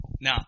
Now